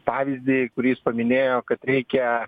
pavyzdį kurį jis paminėjo kad reikia